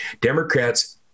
Democrats